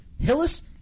Hillis